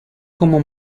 como